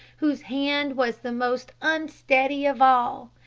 whose hand was the most unsteady of all.